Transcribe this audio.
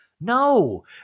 No